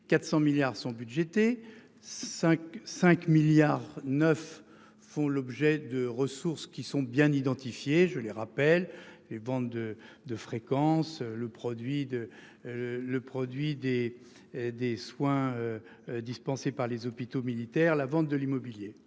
400 milliards sont budgétés 5 5 milliards neuf font l'objet de ressources qui sont bien identifiés. Je les rappelle et bandes de fréquences. Le produit de. Le produit des des soins. Dispensés par les hôpitaux militaires, la vente de l'immobilier.